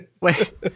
Wait